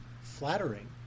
flattering